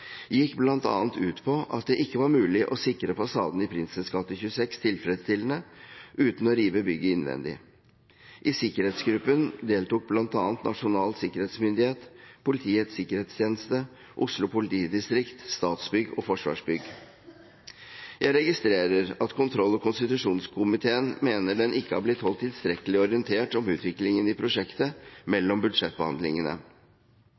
gikk bl.a. ut på at det ikke var mulig å sikre fasaden i Prinsens gate 26 tilfredsstillende uten å rive bygget innvendig. I sikkerhetsgruppen deltok bl.a. Nasjonal sikkerhetsmyndighet, Politiets sikkerhetstjeneste, Oslo politidistrikt, Statsbygg og Forsvarsbygg. Jeg registrerer at kontroll- og konstitusjonskomiteen mener den ikke har blitt holdt tilstrekkelig orientert om utviklingen i prosjektet